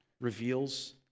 reveals